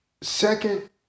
Second